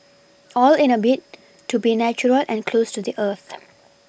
all in a bid to be natural and close to the earth